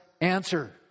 answer